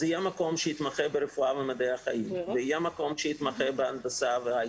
יהיה מקום שיתמחה ברפואה ומדעי החיים ויהיה מקום שיתמחה בהנדסה והיי